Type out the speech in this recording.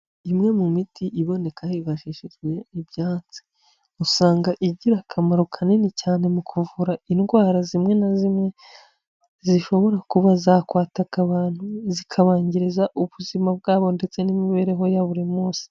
Imwe mu miti iboneka higashishijwe ibyatsi usanga igira akamaro kanini cyane mu kuvura indwara zimwe na zimwe zishobora kuba zakwataka abantu zikabangizariza ubuzima bwabo ndetse n'imibereho ya buri munsi.